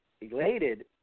elated